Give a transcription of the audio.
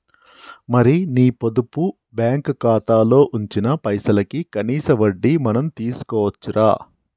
మరి నీ పొదుపు బ్యాంకు ఖాతాలో ఉంచిన పైసలకి కనీస వడ్డీ మనం తీసుకోవచ్చు రా